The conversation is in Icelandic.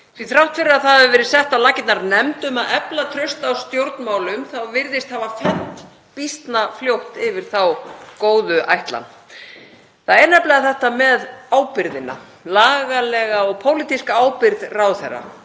að þrátt fyrir að það hafi verið sett á laggirnar nefnd um að efla traust á stjórnmálum virðist hafa fennt býsna fljótt yfir þá góðu ætlan. Það er nefnilega þetta með ábyrgðina, lagalega og pólitíska ábyrgð ráðherra.